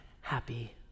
happy